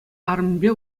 арӑмӗпе